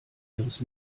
ihres